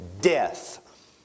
death